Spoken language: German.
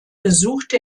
besuchte